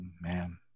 man